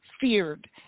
feared